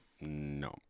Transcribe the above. No